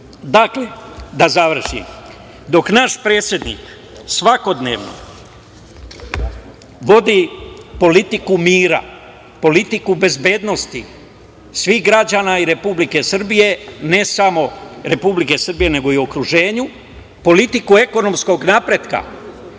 rekao. Dakle, da završim. Dok naš predsednik svakodnevno vodi politiku mira, politiku bezbednosti svih građana i Republike Srbije, ne samo Republike Srbije, nego i u okruženju, politiku ekonomskog napretka,